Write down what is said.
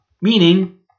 Meaning